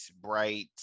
bright